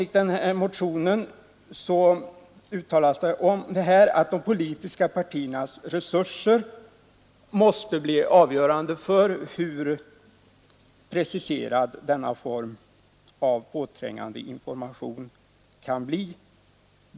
I motionen talas det om att de politiska partiernas resurser måste bli avgörande för hur preciserad denna form av påträngande information kan bli.